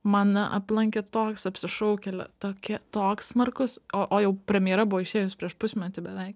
mane aplankė toks apsišaukėlė tokia toks smarkus o o jau premjera buvo išėjus prieš pusmetį beveik